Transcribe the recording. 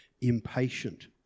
impatient